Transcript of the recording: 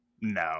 No